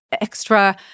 extra